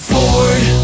Ford